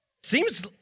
Seems